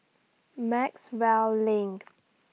Maxwell LINK